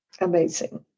Amazing